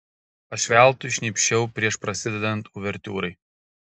aš veltui šnypščiau prieš prasidedant uvertiūrai